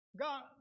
God